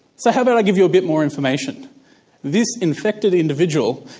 so how about i give you a bit more information this infected individual,